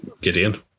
Gideon